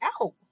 out